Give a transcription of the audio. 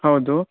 ಹೌದು